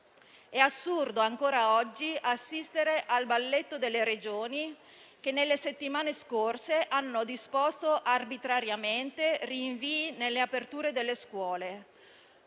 assistere ancora oggi al balletto delle Regioni che, nelle settimane scorse, hanno disposto arbitrariamente rinvii nelle aperture delle scuole.